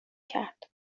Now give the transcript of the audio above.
کرد